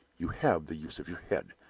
you have the use of your head,